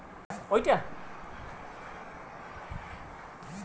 নাবি ধসা রোগের উপসর্গগুলি কি কি?